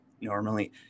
normally